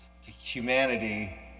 humanity